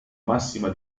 massima